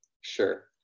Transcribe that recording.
Sure